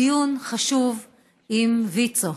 דיון חשוב עם ויצ"ו.